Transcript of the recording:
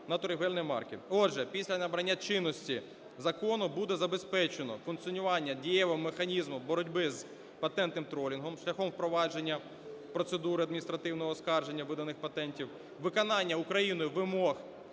Отже, після набрання чинності закону буде забезпечено функціонування дієвого механізму боротьби з "патентним тролінгом" шляхом впровадження процедури адміністративного оскарження виданих патентів, виконання Україною вимог